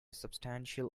substantial